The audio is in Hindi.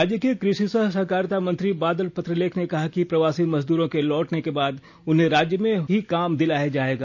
राज्य के कृषि सह सहकारिता मंत्री बादल पत्रलेख ने कहा है कि प्रवासी मजदूरों के लौटने के बाद उन्हें राज्य में ही काम दिलाया जायेगा